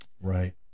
right